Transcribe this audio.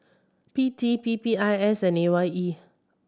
P T P P I S and A Y E